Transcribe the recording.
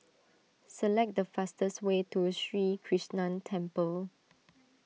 select the fastest way to Sri Krishnan Temple